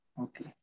Okay